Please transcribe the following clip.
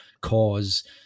cause